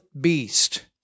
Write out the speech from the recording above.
beast